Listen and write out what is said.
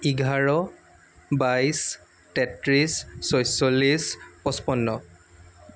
এঘাৰ বাইছ তেত্ৰিছ ছয়চল্লিছ পঁচপন্ন